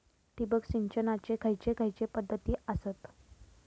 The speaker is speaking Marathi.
ठिबक सिंचनाचे खैयचे खैयचे पध्दती आसत?